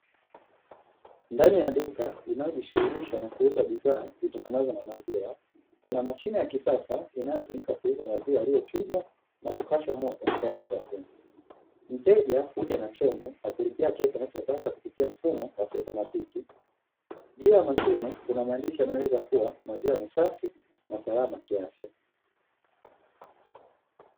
Ndani ya duka linalojishughulisha na kuuza bidhaa zitokanazo na maziwa, kuna mashine ya kisasa inayotumika kuuza maziwa yaliyochujwa na kupashwa moto tayari kwa kunywa, mteja huja na chombo na kulipia kiasi yataka kupitia mfumo wa kiautomatiki juu ya mashine kuna maandishi yanayoweza kuwa maziwa ni safi na salama kiafya.